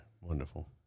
Wonderful